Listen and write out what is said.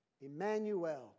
Emmanuel